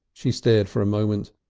she stared for a moment,